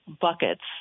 buckets